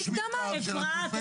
כמפרעה.